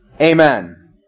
Amen